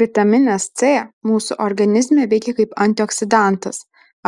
vitaminas c mūsų organizme veikia kaip antioksidantas